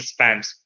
spams